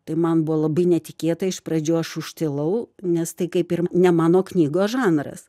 tai man buvo labai netikėta iš pradžių aš užtilau nes tai kaip ir ne mano knygos žanras